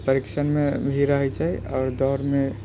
परिक्षणमे भी रहै छै आओर दौड़